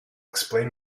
explain